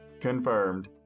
Confirmed